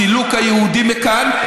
סילוק היהודים מכאן.